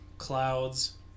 Clouds